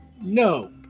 No